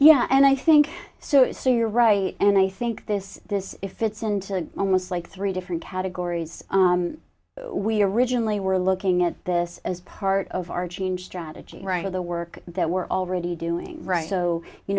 yeah and i think so you're right and i think this this fits into almost like three different categories we originally were looking at this as part of our change strategy right of the work that we're already doing right so you